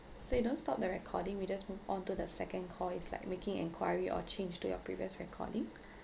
so you don't stop the recording we just move on to the second call is like making enquiry or change to your previous recording